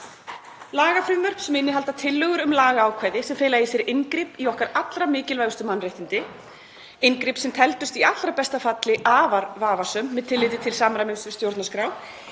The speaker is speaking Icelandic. Lagafrumvörp sem innihalda tillögur um lagaákvæði sem fela í sér inngrip í okkar allra mikilvægustu mannréttindi, inngrip sem teldust í allra besta falli afar vafasöm með tilliti til samræmis við stjórnarskrá,